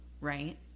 right